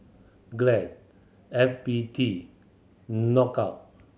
Glad F B T Knockout